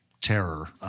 terror